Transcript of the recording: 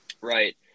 Right